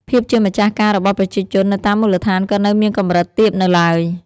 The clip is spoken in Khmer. ភាពជាម្ចាស់ការរបស់ប្រជាជននៅតាមមូលដ្ឋានក៏នៅមានកម្រិតទាបនៅឡើយ។